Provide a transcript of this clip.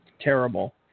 terrible